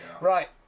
Right